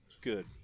Good